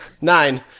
Nine